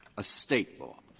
a state law,